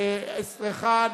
אסטרחן,